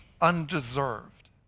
undeserved